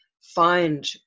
find